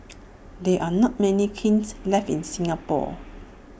there are not many kilns left in Singapore